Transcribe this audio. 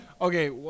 Okay